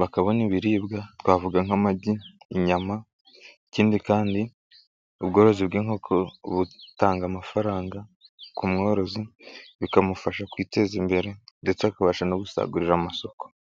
bakabona ibiribwa twavuga nk'amagi, inyama, ikindi kandi ubworozi bw'inkoko butanga amafaranga ku mworozi bikamufasha kwiteza imbere ndetse akabasha no gusagurira amasoko.